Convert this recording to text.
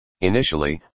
Initially